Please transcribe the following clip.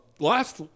Last